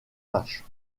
matchs